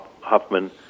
Huffman